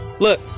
look